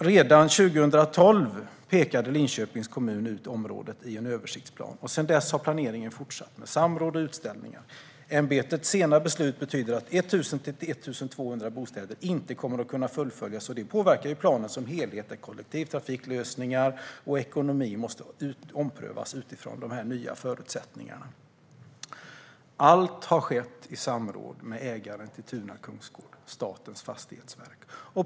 Redan 2012 pekade Linköpings kommun ut området i en översiktsplan, och sedan dess har planeringen fortsatt med samråd och utställningar. Ämbetets sena beslut betyder att 1 000-1 200 bostäder inte kan fullföljas. Det påverkar planen som helhet, då kollektivtrafiklösningar och ekonomi måste omprövas utifrån nya förutsättningar. Allt har skett i samråd med ägaren till Tuna kungsgård, som är Statens fastighetsverk.